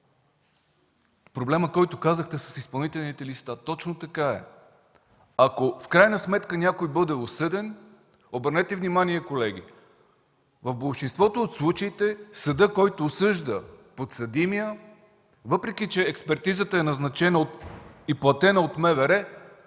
проблема, който казахте с изпълнителните листи – точно така е. Ако в крайна сметка някой бъде осъден, обърнете внимание, колеги – в болшинството от случаите съдът, който осъжда подсъдимия, въпреки че експертизата е назначена и платена от МВР,